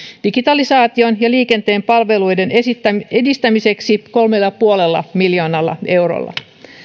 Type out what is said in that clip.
digitalisaation ja liikenteen palveluiden edistämiseksi kolmella pilkku viidellä miljoonalla eurolla